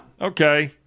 Okay